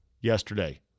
yesterday